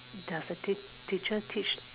the second teacher teach